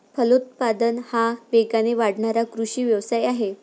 फलोत्पादन हा वेगाने वाढणारा कृषी व्यवसाय आहे